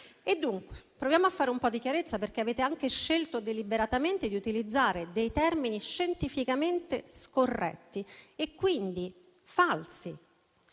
dunque a fare un po' di chiarezza, perché avete anche scelto deliberatamente di utilizzare termini scientificamente scorretti e quindi falsi,